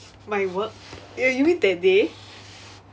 my work uh you mean that day